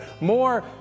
more